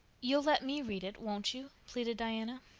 you'll let me read it, won't you? pleaded diana.